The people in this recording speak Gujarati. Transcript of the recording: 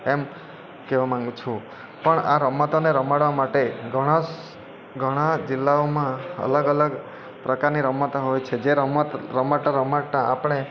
એમ કહેવા માગું છું પણ આ રમતોને રમાડવા માટે ઘણાં ઘણાં જિલ્લાઓમાં અલગ અલગ પ્રકારની રમતો હોય છે જે રમત રમાડતા રમાડતા આપણે